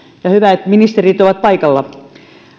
ja hyvä että ministerit ovat paikalla